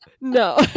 No